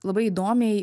labai įdomiai